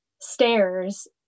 stairs